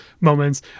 moments